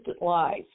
lies